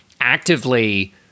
actively